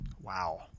Wow